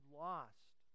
lost